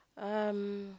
um